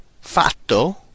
Fatto